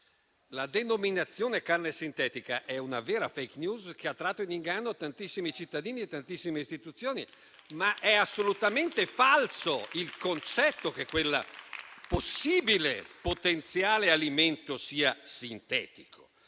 La denominazione di carne sintetica è una vera *fake news* che ha tratto in inganno tantissimi cittadini e tantissime istituzioni, ma è assolutamente falso il concetto che quel possibile potenziale alimento sia sintetico.